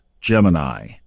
Gemini